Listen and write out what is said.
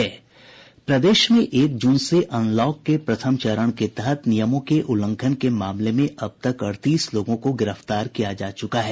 प्रदेश में एक जून से अनलॉक के प्रथम चरण तहत नियमों के उल्लंघन के मामले में अब तक अड़तीस लोगों को गिरफ्तार किया जा चुका है